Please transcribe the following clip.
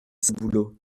saboulot